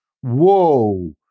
Whoa